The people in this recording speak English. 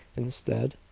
instead,